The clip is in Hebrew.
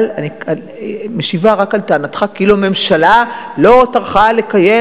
אבל אני משיבה רק על טענתך כאילו הממשלה לא טרחה לקיים,